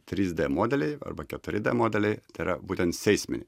trys d modeliai arba keturi d modeliai tai yra būtent seisminiai